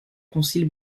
concile